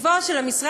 אבל אם זה במכסת